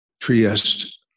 Trieste